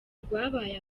rwabaye